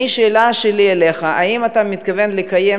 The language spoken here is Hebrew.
השאלה שלי אליך: האם אתה מתכוון לקיים,